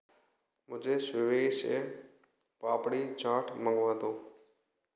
मुझे स्विगी से पापड़ी चाट मँगवा दो